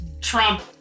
Trump